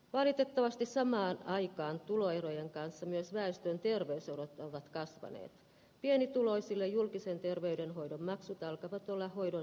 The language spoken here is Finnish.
valitettavasti samaan aikaan tuloerojen kanssa myös väestön terveysolot ovat kasvaneet pienituloisille julkisen terveydenhoidon maksut alkavat olla hoidon